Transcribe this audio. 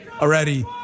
already